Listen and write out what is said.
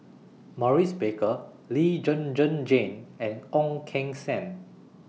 Maurice Baker Lee Zhen Zhen Jane and Ong Keng Sen